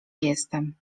jestem